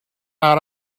out